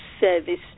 service